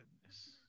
goodness